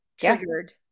triggered